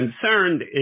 concerned